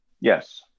yes